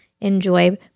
enjoy